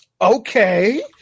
okay